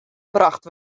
brocht